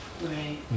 Right